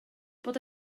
bod